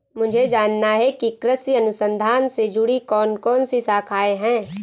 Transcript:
मुझे जानना है कि कृषि अनुसंधान से जुड़ी कौन कौन सी शाखाएं हैं?